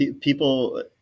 people